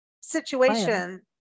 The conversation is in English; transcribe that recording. situation